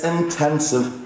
Intensive